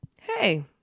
hey